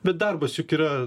bet darbas juk yra